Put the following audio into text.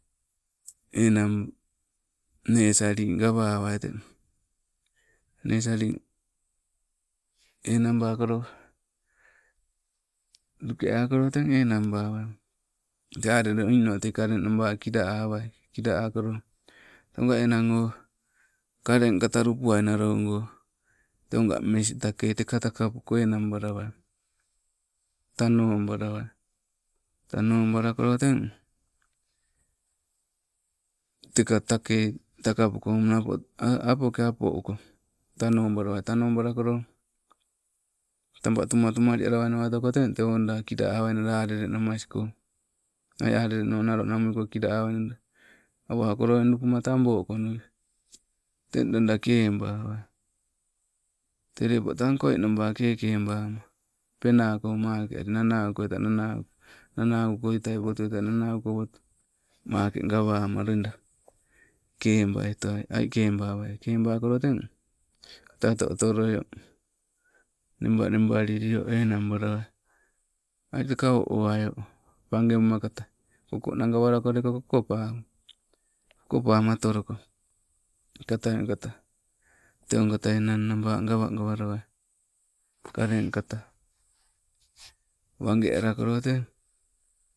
Enang nesali gawawaii e nesali enang bakollo luke akolo teng enanbawai, tee alele niino tee kaleng naba kila awai, kila akolo te gaa enang o, kaleng kata lupuai nalogo, te gaa mes takei tekaa takapuko enang balawai, tan obalawai tanno balakolo teng. Teka takei takapuko nappo ai apoke apo uko, tanobalawai, tanobalakolo, taba tuma tuma lialawainawa otoko teng tee oda kili awanala alelenawasko, ai alele no nalonamuliko kila awainala, awa owala eng lupuma taboo koni, teng lada kebawai. Tee keppo tang koii naba keke bamo penako makeali nanakoi tai manaukoi, nanaukoita wotu tee nanauko wotu make gawamaloida kebaitoai, ai kebawai, kebakolo teng, kata oto oto loioo, neba neba lilio enangbalawai, aii teka oo owaio, page buma kata, kokona gawalako lekoo kokopawai. Kokopama otoloko, teketai kata, tee okata enang nabaa gawa gawa lawai, kaleng kata wage wage alakolo tee.